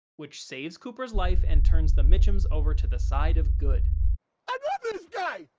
which saves cooper's life and turns the mitchums over to the side of good. i love this guy!